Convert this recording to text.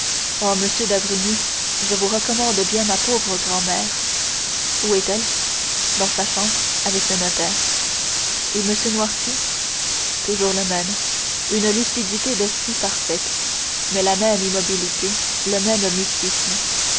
oh monsieur d'avrigny je vous recommande bien ma pauvre grand-mère où est-elle dans sa chambre avec le notaire et m noirtier toujours le même une lucidité d'esprit parfaite mais la même immobilité le même mutisme